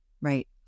Right